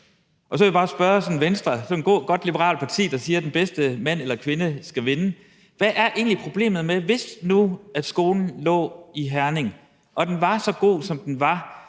og så vil jeg bare spørge Venstre – sådan et godt liberalt parti, der siger, at den bedste mand eller kvinde skal vinde: Hvad er egentlig problemet, hvis nu skolen lå i Herning og den var så god, som den var,